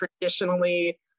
traditionally